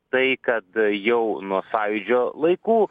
tai kad jau nuo sąjūdžio laikų